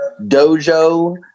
dojo